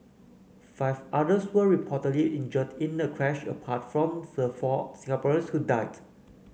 five others were reportedly injured in the crash apart from the four Singaporeans who died